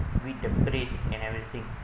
wheat the bread and everything